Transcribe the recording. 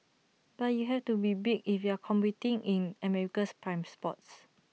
but you have to be big if you're competing in America's prime spots